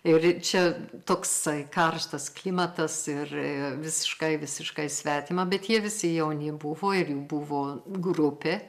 ir čia toksai karštas klimatas ir visiškai visiškai svetima bet jie visi jauni buvo ir jų buvo grupė